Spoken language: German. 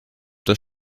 das